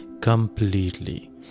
completely